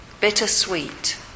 bittersweet